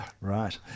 right